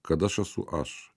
kad aš esu aš